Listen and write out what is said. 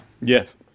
yes